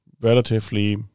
relatively